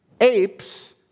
apes